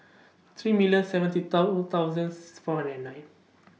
three million seventy thousandth four hundred and nine